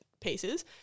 pieces